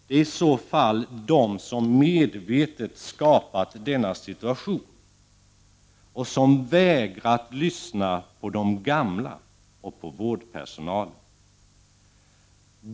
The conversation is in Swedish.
Det är i så fall de som medvetet skapat denna situation och som vägrat lyssna på de gamla och på vårdpersonalen.